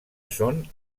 són